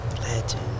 legend